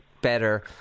better